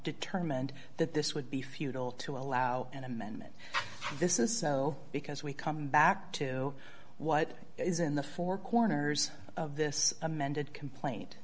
determined that this would be futile to allow an amendment this is so because we come back to what is in the four corners of this amended complaint